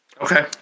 Okay